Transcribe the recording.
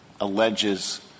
alleges